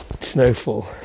snowfall